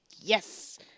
Yes